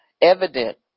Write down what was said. evident